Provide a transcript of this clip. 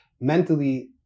mentally